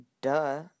duh